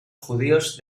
judíos